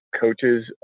coaches